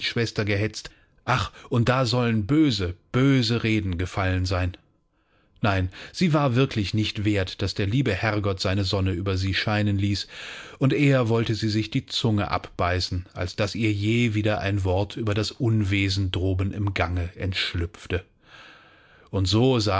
schwester gehetzt ach und da sollten böse böse reden gefallen sein nein sie war wirklich nicht wert daß der liebe herrgott seine sonne über sie scheinen ließ und eher wollte sie sich die zunge abbeißen als daß ihr je wieder ein wort über das unwesen droben im gange entschlüpfte und so